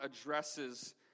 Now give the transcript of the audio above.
addresses